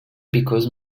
because